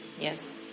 Yes